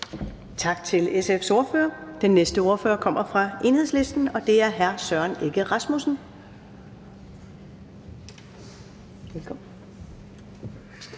Tak til SF's ordfører. Den næste ordfører kommer fra Enhedslisten, og det er hr. Søren Egge Rasmussen. Velkommen.